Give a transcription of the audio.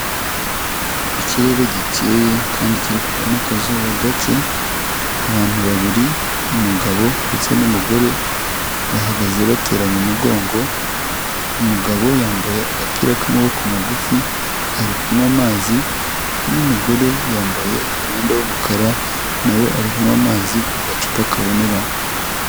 Ikirere gike kandi kiri kuvamo akazuba gake, abantu babiri umugabo ndetse n'umugore bahagaze bateranya umugongo. Umugabo yambaye agapira k'amaboko magufi ari kunywa amazi n'umugore yambaye umwenda w'umukara nawe ari kunywa amazi mu gacupa kabonerana.